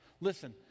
listen